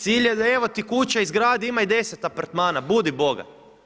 Cilj je evo ti kuća, izgradi, imaju 10 apartmana, budi bogat.